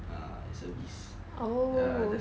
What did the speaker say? ah service ah